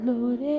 Lord